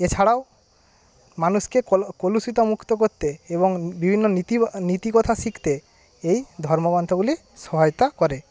এছাড়াও মানুষকে কলুষতা মুক্ত করতে এবং বিভিন্ন নীতিকথা শিখতে এই ধর্মগ্রস্থগুলি সহায়তা করে